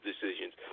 decisions